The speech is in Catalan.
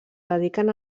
dediquen